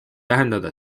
tähendada